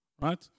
Right